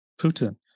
Putin